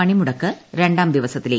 പണിമുടക്ക് രണ്ടാം ദിവസത്തിലേക്ക്